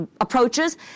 approaches